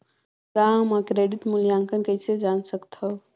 गांव म क्रेडिट मूल्यांकन कइसे जान सकथव?